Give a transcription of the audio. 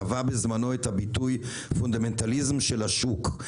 טבע בזמנו את הביטוי פונדמנטליזם של השוק.